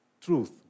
truth